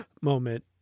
moment